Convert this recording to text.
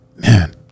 man